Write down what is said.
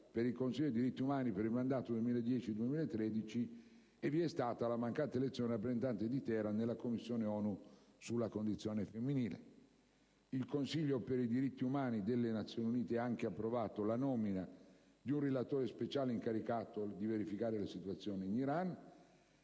il Consiglio diritti umani per il mandato 2010-2013 e la mancata elezione di un rappresentante di Teheran nella Commissione ONU sulla condizione femminile. Il Consiglio per i diritti umani delle Nazioni Unite ha anche approvato la nomina di un relatore speciale incaricato di verificare la situazione dei